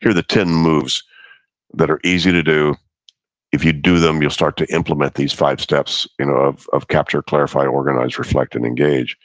here are the ten moves that are easy to do if you do them, you'll start to implement these five steps you know of of capture, clarify, organize, reflect and engage